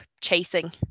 chasing